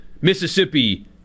Mississippi